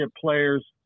players